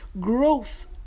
Growth